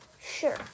Sure